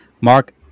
Mark